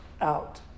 out